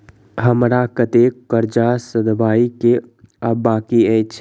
हमरा कतेक कर्जा सधाबई केँ आ बाकी अछि?